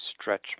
stretch